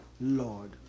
Lord